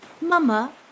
Mama